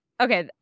okay